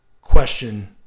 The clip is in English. question